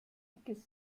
dickes